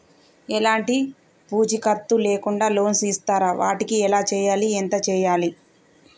ఎలాంటి పూచీకత్తు లేకుండా లోన్స్ ఇస్తారా వాటికి ఎలా చేయాలి ఎంత చేయాలి?